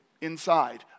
inside